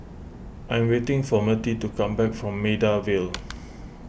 I am waiting for Mirtie to come back from Maida Vale